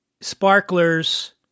Sparklers